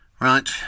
Right